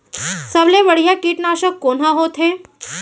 सबले बढ़िया कीटनाशक कोन ह होथे?